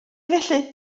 felly